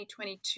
2022